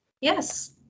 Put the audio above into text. Yes